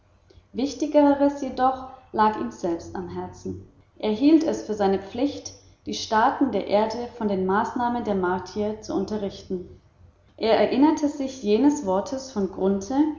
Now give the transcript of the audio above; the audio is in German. wichtigeres jedoch lag ihm selbst am herzen er hielt es für seine pflicht die staaten der erde von den maßnahmen der martier zu unterrichten er erinnerte sich jenes wortes von